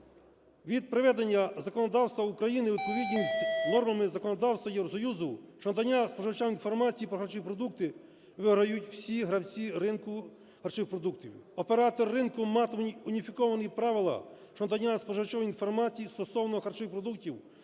Від приведення законодавства України у відповідність нормам законодавства Євросоюзу щодо надання споживачам інформації про харчові продукти виграють всі гравці ринку харчових продуктів. Оператор ринку матиме уніфіковані правила щодо надання споживачу інформації стосовно харчових продуктів,